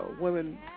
women